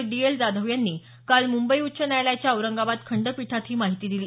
D L Jadhav यांनी काल मुंबई उच्च न्यायालयाच्या औरंगाबाद खंडपीठात ही माहिती दिली